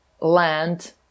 land